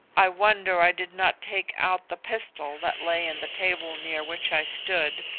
i wonder i did not take out the pistol that lay in the table near which i stood,